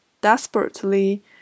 desperately